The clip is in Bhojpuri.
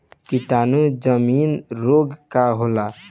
कीटाणु जनित रोग का होला?